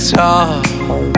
talk